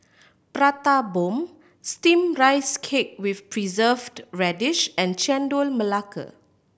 Prata Bomb Steamed Rice Cake with Preserved Radish and Chendol Melaka